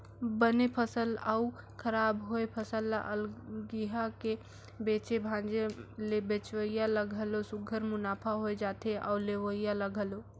बने फसल अउ खराब होए फसल ल अलगिया के बेचे भांजे ले बेंचइया ल घलो सुग्घर मुनाफा होए जाथे अउ लेहोइया ल घलो